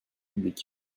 publique